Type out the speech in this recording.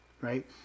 right